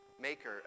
maker